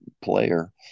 player